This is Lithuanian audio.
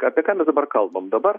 apie ką mes dabar kalbam dabar